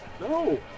No